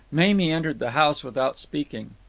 mamie entered the house without speaking.